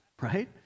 right